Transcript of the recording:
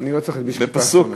בפסוק